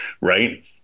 Right